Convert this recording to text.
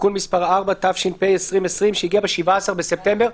(תיקון מס' 4), התשפ"א-2020, שהגיע ב-17 בספטמבר.